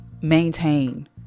maintain